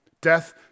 Death